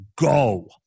go